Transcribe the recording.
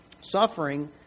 Suffering